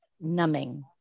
numbing